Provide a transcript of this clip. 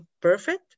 perfect